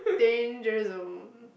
danger zone